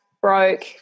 broke